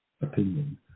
opinion